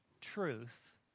truth